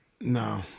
No